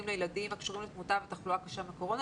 לילדים הקשורים לתמותה ותחלואה קשה מקורונה,